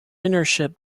internship